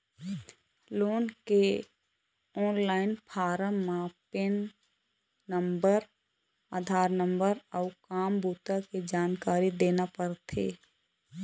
loan के online form म PAN number, Aadhaar number अउ काम बूता के जानकारी देना परथे